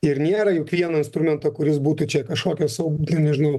ir nėra juk vieno instrumento kuris būtų čia kažkokia sau ir nežinau